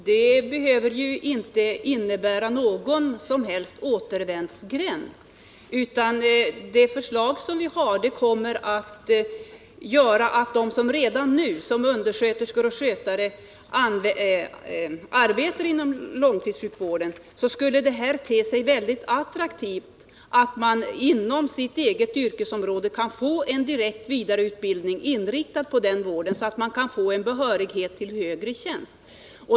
Herr talman! Det vi har föreslagit i vår motion behöver inte innebära någon som helst återvändsgränd. Vårt förslag innebär i stället att för dem som redan nu arbetar som undersköterskor och skötare inom långtidssjukvården skulle det te sig väldigt attraktivt att inom sitt eget yrkesområde kunna få en direkt vidareutbildning, inriktad på den vården för att de skulle få behörighet till högre tjänst.